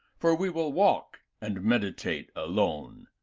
for we will walk and meditate alone.